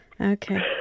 Okay